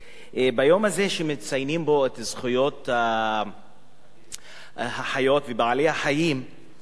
ביום הזה שמציינים בו את זכויות החיות ובעלי-החיים אני חושב